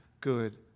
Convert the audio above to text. good